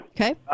Okay